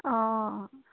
অঁ